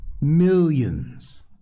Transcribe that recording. millions